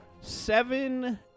seven